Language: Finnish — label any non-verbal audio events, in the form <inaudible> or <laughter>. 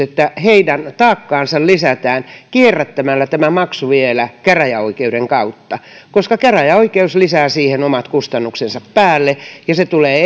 <unintelligible> että heidän taakkaansa lisätään kierrättämällä tämä maksu vielä käräjäoikeuden kautta koska käräjäoikeus lisää siihen omat kustannuksensa päälle ja se tulee <unintelligible>